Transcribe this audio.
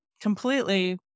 completely